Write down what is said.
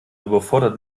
überfordert